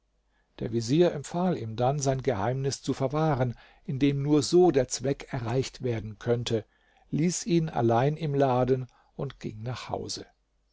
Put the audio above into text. der vezier empfahl ihm dann sein geheimnis zu verwahren indem nur so der zweck erreicht werden könnte ließ ihn allein im laden und ging nach hause